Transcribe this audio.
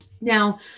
Now